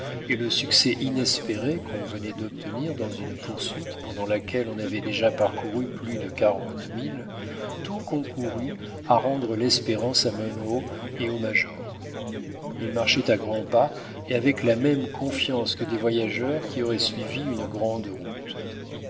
et le succès inespéré qu'on venait d'obtenir dans une poursuite pendant laquelle on avait déjà parcouru plus de quarante milles tout concourut à rendre l'espérance à munro et au major ils marchaient à grands pas et avec la même confiance que des voyageurs qui auraient suivi une grande route